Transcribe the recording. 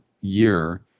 year